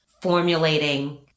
formulating